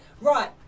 Right